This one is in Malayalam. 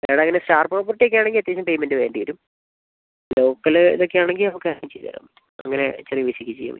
നിങ്ങൾ അങ്ങനെ സ്റ്റാർ പ്രോപ്പർട്ടി ഒക്കെയാണെങ്കിൽ അത്യാവശ്യം പേയ്മെന്റ് വെണ്ടിവരും ലോക്കൽ ഇതൊക്കെ ആണെങ്കിൽ നമുക്ക് അങ്ങനെ ചെയ്ത് തരാൻ പറ്റും അങ്ങനെ ചെറിയ പൈസയ്ക്ക് ചെയ്യാൻ പറ്റും